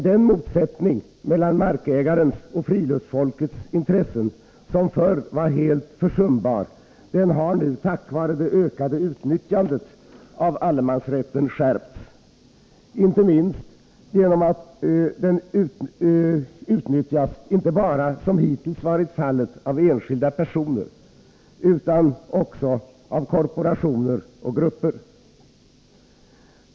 Den motsättning mellan markägarens och friluftsfolkets intressen som förr var helt försumbar har till följd av det ökade utnyttjandet av allemansrätten nu skärpts, inte minst genom att allemansrätten i dag utnyttjas inte bara av enskilda personer, som hittills varit fallit, utan också av korporationer och grupper.